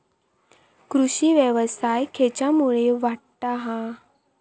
कृषीव्यवसाय खेच्यामुळे वाढता हा?